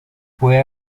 fue